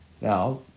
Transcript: Now